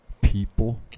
people